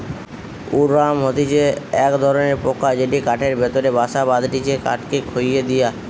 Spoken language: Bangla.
উড ওয়ার্ম হতিছে এক ধরণের পোকা যেটি কাঠের ভেতরে বাসা বাঁধটিছে কাঠকে খইয়ে দিয়া